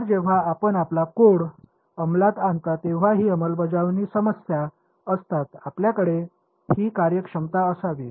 तर जेव्हा आपण आपला कोड अंमलात आणता तेव्हा ही अंमलबजावणी समस्या असतात आपल्याकडे ही कार्यक्षमता असावी